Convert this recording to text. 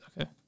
Okay